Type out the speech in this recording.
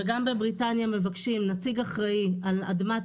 וגם בבריטניה מבקשים נציג אחראי על אדמת